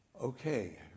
okay